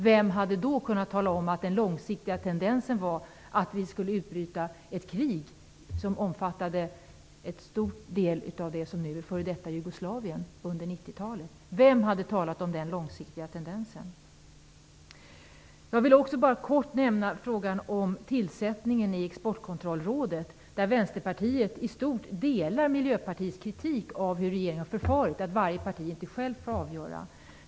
Vem hade då kunnat tala om att den långsiktiga tendensen var att det skulle utbryta ett krig som omfattade en stor del av det som nu är före detta Jugoslavien under 90-talet? Vem hade talat om den långsiktiga tendensen? Jag vill också bara kort nämna frågan om tillsättningen i Exportkontrollrådet. Vänsterpartiet delar i stort sett Miljöpartiets kritik av hur regeringen har förfarit, och av att varje parti inte självt får avgöra.